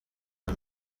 nka